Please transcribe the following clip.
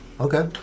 Okay